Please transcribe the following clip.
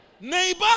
Neighbor